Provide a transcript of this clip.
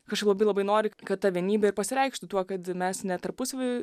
kažkaip labai labai nori kad ta vienybė ir pasireikštų tuo kad mes ne tarpusavy